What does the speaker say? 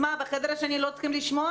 אנחנו כאן גם רוצים לשמוע